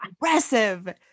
aggressive